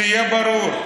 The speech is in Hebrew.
שיהיה ברור,